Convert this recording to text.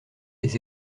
des